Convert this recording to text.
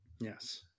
Yes